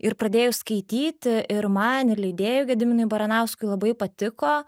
ir pradėjus skaityti ir man ir leidėjui gediminui baranauskui labai patiko